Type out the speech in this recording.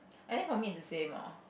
I think for me is the same lor